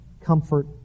comfort